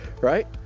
right